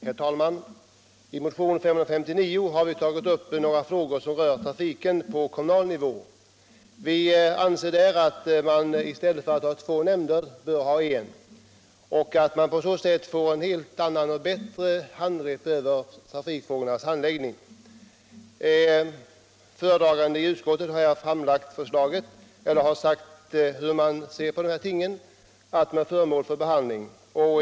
Herr talman! I motionen 559 har vi tagit upp några frågor som rör trafiken på kommunal nivå. Vi anser att man i stället för att ha två nämnder bör ha en och att man på så sätt får ett helt annat och bättre grepp över trafikfrågornas handläggning. Utskottets talesman har här sagt hur man ser på dessa ting och att de är föremål för behandling.